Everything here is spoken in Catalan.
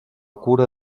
cura